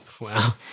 Wow